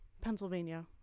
Pennsylvania